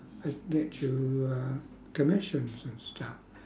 I could get you uh commissions and stuff